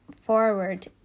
forward